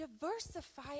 diversify